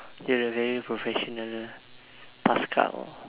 you're a very professional paskal